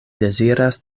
deziras